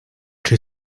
czy